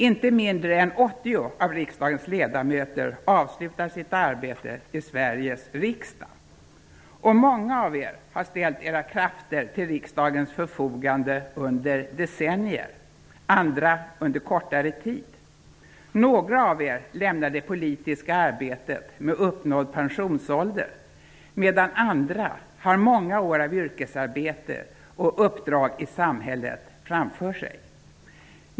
Inte mindre än 80 av riksdagens ledamöter avslutar sitt arbete i Sveriges riksdag. Många av er har ställt era krafter till riksdagens förfogande under decennier, andra under kortare tid. Några av er lämnar det politiska arbetet med uppnådd pensionsålder, medan andra har många år av yrkesarbete och uppdrag i samhället framför sig.